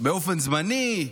באופן זמני.